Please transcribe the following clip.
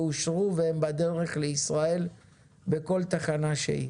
אושרו והם בדרך לישראל בכל תחנה שהיא,